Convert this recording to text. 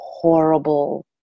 Horrible